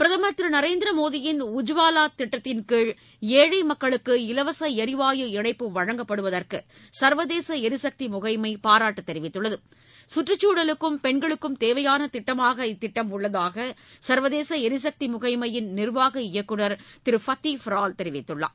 பிரதமர் திரு நரேந்திர மோடியின் உஜ்வாலா திட்டத்தின் கீழ் ஏழை மக்களுக்கு இலவச எரிவாயு இணைப்பு வழங்கப்படுவதற்கு சர்வதேச எரிசக்தி முகமை பாராட்டு தெரிவித்துள்ளது சுற்றுச்சூழலுக்கும் பெண்களுக்கும் தேவையான திட்டமாக இத்திட்டம் உள்ளதாக சர்வதேச எரிசக்தி முகமையின் நிர்வாக இயக்குநர் திரு ஃபத்தி பிரால் தெரிவித்துள்ளார்